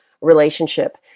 relationship